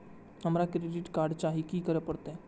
हमरा credit card चाही की करे परतै?